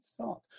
thought